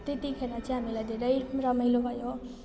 त्यतिखेर चाहिँ हामीलाई धेरै रमाइलो भयो